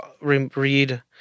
read